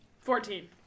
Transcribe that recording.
Fourteen